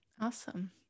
awesome